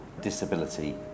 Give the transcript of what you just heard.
disability